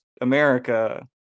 america